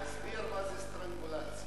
תסביר מה זה "סטרנגולציה".